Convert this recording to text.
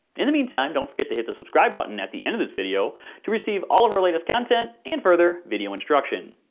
in the meantime, don't forget to hit the subscribe button at the end of this video to receive all of our latest content and further video instruction.